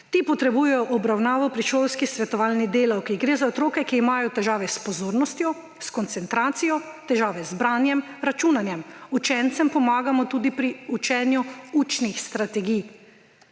Ti potrebujemo obravnavo pri šolski svetovalni delavki. Gre za otroke, ki imajo težave s pozornostjo, s koncentracijo, težave z branjem, računanjem. Učencem pomagamo tudi pri učenju učnih strategij.